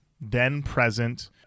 then-present